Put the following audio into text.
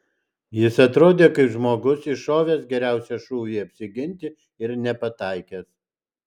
jis atrodė kaip žmogus iššovęs geriausią šūvį apsiginti ir nepataikęs